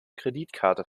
kreditkarte